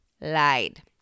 lied